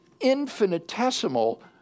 infinitesimal